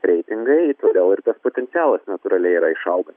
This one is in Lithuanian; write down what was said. reitingai todėl ir tas potencialas natūraliai yra išaugan